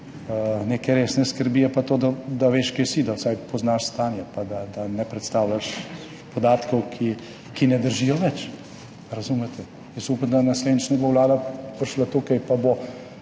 neke resne skrbi je pa to, da veš, kje si, da vsaj poznaš stanje in da ne predstavljaš podatkov, ki ne držijo več. Razumete? Jaz upam, da naslednjič ne bo vlada prišla sem in bo